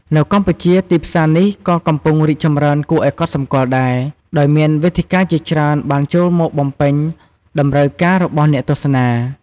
នៅកម្ពុជា ទីផ្សារនេះក៏កំពុងរីកចម្រើនគួរឲ្យកត់សម្គាល់ដែរ ដោយមានវេទិកាជាច្រើនបានចូលមកបំពេញតម្រូវការរបស់អ្នកទស្សនា។